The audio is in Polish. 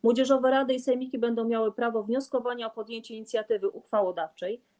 Młodzieżowe rady i sejmiki będą miały prawo wnioskowania o podjęcie inicjatywy uchwałodawczej.